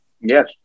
Yes